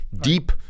deep